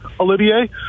Olivier